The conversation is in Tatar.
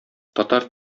татар